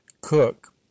Cook